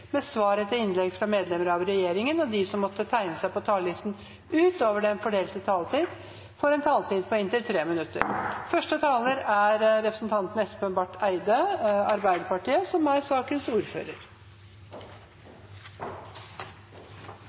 med svar etter innlegg fra medlemmer av regjeringen, og de som måtte tegne seg på talerlisten utover den fordelte taletid, får også en taletid på inntil 3 minutter. Som